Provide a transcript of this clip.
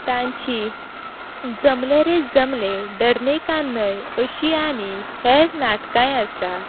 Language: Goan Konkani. तांची जमलें रे जमलें डरने का नहीं अशीं आनी हेर नाटकांय आसात